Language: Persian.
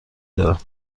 دارم